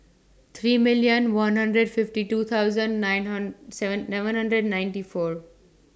three million one hundred fifty two thousand nine seven hundred and ninety four